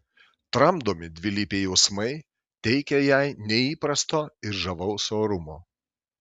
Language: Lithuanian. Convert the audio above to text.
tramdomi dvilypiai jausmai teikia jai neįprasto ir žavaus orumo